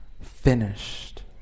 finished